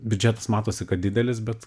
biudžetas matosi kad didelis bet